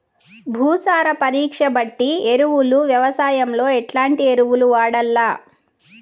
భూసార పరీక్ష బట్టి ఎరువులు వ్యవసాయంలో ఎట్లాంటి ఎరువులు వాడల్ల?